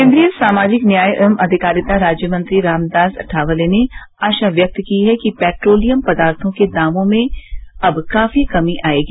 केन्द्रीय सामाजिक न्याय एवं अधिकारिता राज्य मंत्री रामदास अठावले ने आशा व्यक्त की है कि पेट्रोलियम पदार्थो के दामों में अब काफी कमी आयेगी